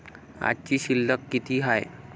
आजची शिल्लक किती हाय?